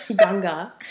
younger